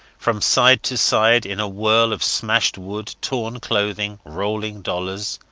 from side to side, in a whirl of smashed wood, torn clothing rolling dollars.